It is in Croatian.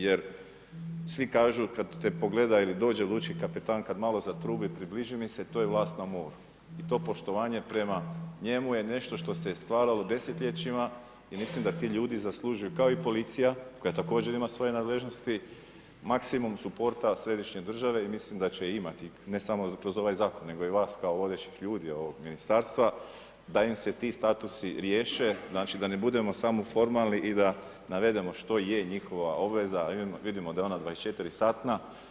Jer svi kažu, kada te pogledaju i dođe lučki kapetan, kada malo zatrubi, približi mi se, to je vlast na moru, to poštovanje, prema njemu je nešto što se stvaralo desetljećima i mislim da ti ljudi zaslužuju, kao i policija koja također ima svoje nadležnosti, maksimum su porta središnje države i mislim da će imati, ne samo kroz ovaj zakon, nego i vas kao vodećih ljudi, ovog ministarstva, da im se ti statusi riješe, da ne budemo samo formalni i da navedemo što je njihova obveza, vidimo da je ona 24 satna.